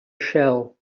shell